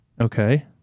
Okay